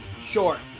Sure